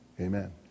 amen